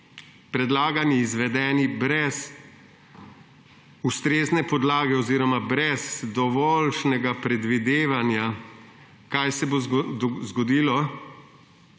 predlagani, izvedeni, brez ustrezne podlage oziroma brez dovoljšnega predvidevanja, kaj se bo zgodilo